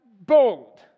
bold